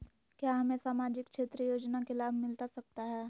क्या हमें सामाजिक क्षेत्र योजना के लाभ मिलता सकता है?